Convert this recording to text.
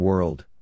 World